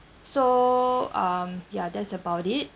so um ya that's about it